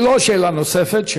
לא שאלה נוספת,